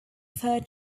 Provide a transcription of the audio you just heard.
fur